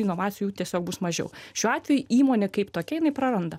inovacijų tiesiog bus mažiau šiuo atveju įmonė kaip tokia jinai praranda